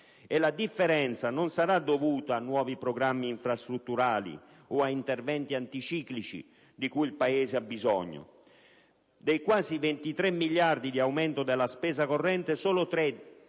E la differenza non sarà dovuta a nuovi programmi infrastrutturali o ad interventi anticiclici, di cui il Paese ha bisogno: dei quasi 23 miliardi di aumento della spesa corrente, solo 3